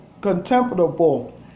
contemptible